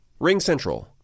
RingCentral